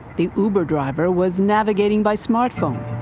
the uber driver was navigating by smartphone.